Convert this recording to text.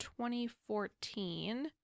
2014